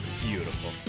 Beautiful